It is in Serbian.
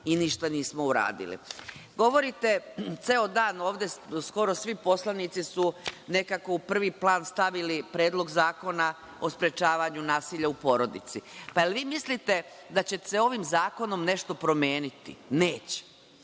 i ništa nismo uradili. Govorite ceo dan ovde, skoro svi poslanici su nekako u prvi plan stavili Predlog zakona o sprečavanju nasilja u porodici, da li vi mislite da će se ovim zakonom nešto promeniti? Neće.